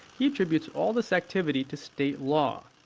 he attributes all this activity to state law.